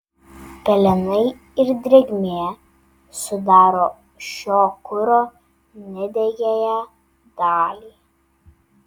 pelenai ir drėgmė sudaro šio kuro nedegiąją dalį